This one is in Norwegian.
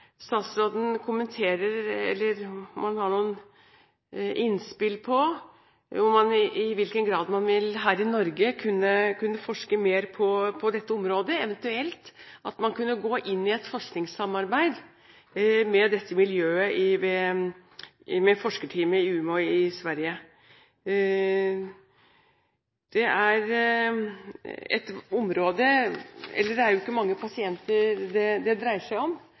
statsråden kommer med noen innspill på i hvilken grad man her i Norge vil kunne forske mer på dette området, eventuelt om man kunne gå inn i et forskningssamarbeid med dette miljøet, med forskerteamet i Umeå i Sverige. Det er jo ikke mange pasienter det dreier seg om,